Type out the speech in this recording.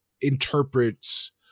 interprets